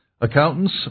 accountants